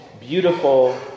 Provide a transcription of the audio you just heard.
beautiful